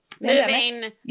moving